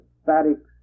static